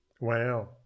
Wow